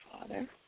Father